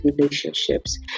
relationships